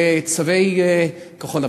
בצבעי כחול-לבן.